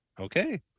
Okay